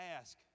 ask